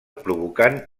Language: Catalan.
provocant